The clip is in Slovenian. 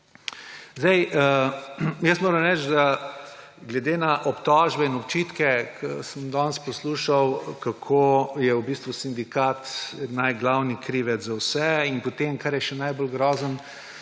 zboru. Jaz moram reči glede na obtožbe in očitke, ki sem jih danes poslušal, kako je v bistvu sindikat glavni krivec za vse in potem, kar je še najbolj grozno,